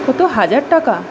কত হাজার টাকা